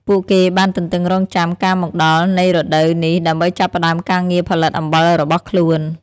ពួកគេបានទន្ទឹងរង់ចាំការមកដល់នៃរដូវនេះដើម្បីចាប់ផ្ដើមការងារផលិតអំបិលរបស់ខ្លួន។